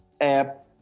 app